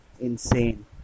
insane